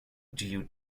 due